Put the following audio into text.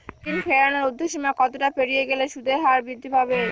ঋণ ফেরানোর উর্ধ্বসীমা কতটা পেরিয়ে গেলে সুদের হার বৃদ্ধি পাবে?